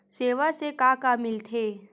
सेवा से का का मिलथे?